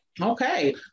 Okay